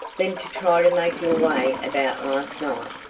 than to try to make your way about last night.